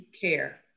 care